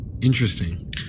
Interesting